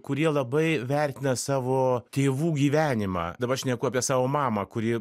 kurie labai vertina savo tėvų gyvenimą dabar šneku apie savo mamą kuri